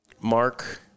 Mark